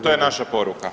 To je naša poruka.